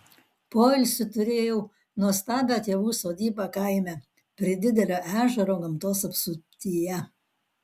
poilsiui turėjau nuostabią tėvų sodybą kaime prie didelio ežero gamtos apsuptyje